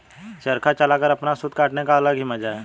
चरखा चलाकर अपना सूत काटने का अलग ही मजा है